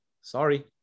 sorry